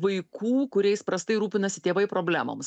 vaikų kuriais prastai rūpinasi tėvai problemoms